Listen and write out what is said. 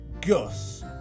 Gus